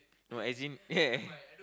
no as in